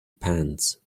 pants